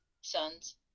sons